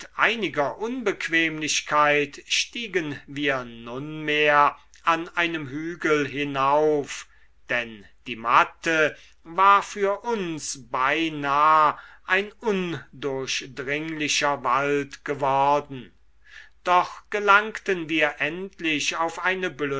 einiger unbequemlichkeit stiegen wir nunmehr an einem hügel hinauf denn die matte war für uns beinah ein undurchdringlicher wald geworden doch gelangten wir endlich auf eine